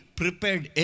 prepared